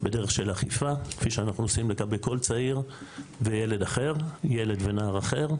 בדרך של אכיפה כפי שאנחנו עושים לגבי כל צעיר וילד אחר ילד ונער אחר,